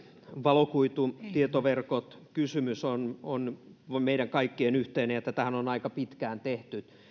valokuitutietoverkot kysymys on on meidän kaikkien yhteinen ja tätähän on aika pitkään tehty